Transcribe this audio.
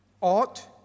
ought